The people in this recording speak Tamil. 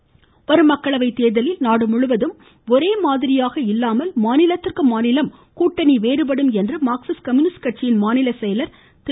பாலகிருஷ்ணன் வரும் மக்களவை தேர்தலில் நாடுமுழுவதும் ஒரே மாதிரியாக இல்லாமல் மாநிலத்திற்கு மாநிலம் கூட்டணி வேறுபடும் என்று மார்க்சிஸ்ட் கம்யூனிஸ்ட் கட்சியின் மாநில செயலர் திரு